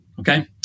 Okay